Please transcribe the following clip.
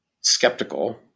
skeptical